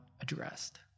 addressed